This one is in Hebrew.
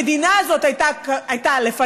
המדינה הזאת הייתה לפניו,